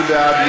מי בעד?